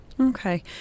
Okay